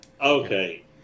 Okay